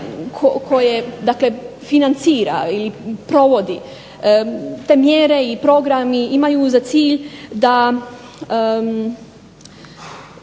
dakle financira ili provodi, te mjere i programi imaju za cilj da